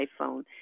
iPhone